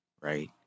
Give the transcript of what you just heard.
right